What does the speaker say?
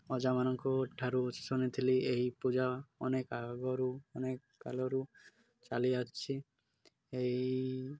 ଅଜାମାନଙ୍କୁ ଠାରୁ ଶୁଣି ଥିଲି ଏହି ପୂଜା ଅନେକ ଆଗରୁ ଅନେକ କାଳରୁ ଚାଲିଯଛି ଏଇ